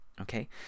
okay